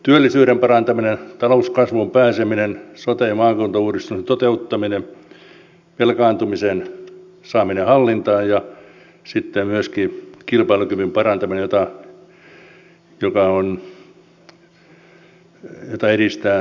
työllisyyden parantaminen talouskasvuun pääseminen sote ja maakuntauudistusten toteuttaminen velkaantumisen saaminen hallintaan ja sitten myöskin kilpailukyvyn parantaminen jota edistää keskeisesti kilpailukykysopimus